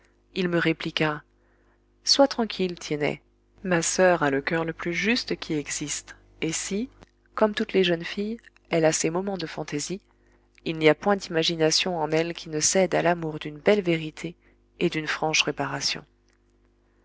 il me répliqua sois tranquille tiennet ma soeur a le coeur le plus juste qui existe et si comme toutes les jeunes filles elle a ses moments de fantaisie il n'y a point d'imagination en elle qui ne cède à l'amour d'une belle vérité et d'une franche réparation